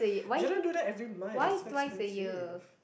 you don't do that every month it's so expensive